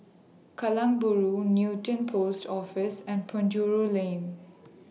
Kallang Bahru Newton Post Office and Penjuru Lane